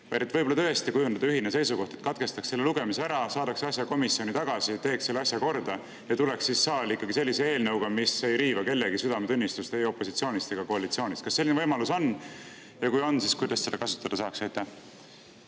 Võib-olla tõesti kujundada ühine seisukoht, et katkestaks selle lugemise, saadaks asja komisjoni tagasi, teeks selle asja korda ja tuleks siis saali tagasi ikkagi sellise eelnõuga, mis ei riiva kellegi südametunnistust ei opositsioonis ega koalitsioonis. Kas selline võimalus on [olemas], ja kui on, siis kuidas seda kasutada saaks? Aitäh